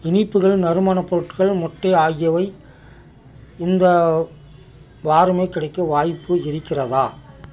இனிப்புகள் நறுமண பொருட்கள் முட்டை ஆகியவை இந்த வாரமே கிடைக்க வாய்ப்பு இருக்கிறதா